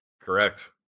Correct